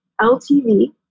LTV